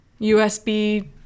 USB